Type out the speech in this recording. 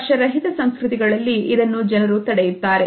ಸ್ಪರ್ಶ ರಹಿತ ಸಂಸ್ಕೃತಿಗಳಲ್ಲಿ ಇದನ್ನು ಜನರು ತಡೆಯುತ್ತಾರೆ